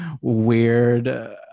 weird